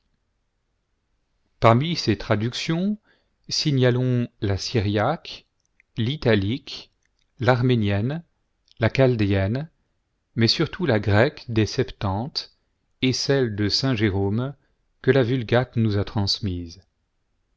parmi ces traductions signalons la syriaque l'italique l'arménienne la chaldéenne mais surtout la grecque des septante et celle de saint jérôme que la vuliate nous a transmise